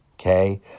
okay